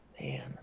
man